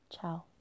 Ciao